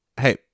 Hey